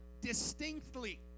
distinctly